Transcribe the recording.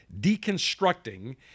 Deconstructing